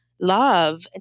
love